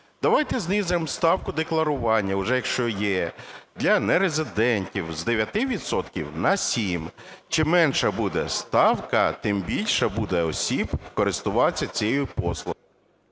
Давайте знизимо ставку декларування, уже якщо є, для нерезидентів з 9 відсотків на 7. Чим менша буде ставка, тим більше буде осіб користуватися цієї послугою.